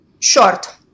short